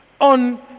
on